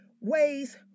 ways